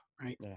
Right